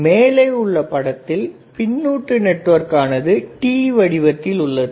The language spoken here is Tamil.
மேலே உள்ள படத்தில் பின்னுட்டு நெட்வொர்க் ஆனது T வடிவத்தில் உள்ளது